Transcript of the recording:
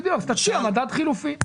בדיוק, אז תציע מדד חלופי.